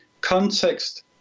context